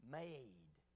made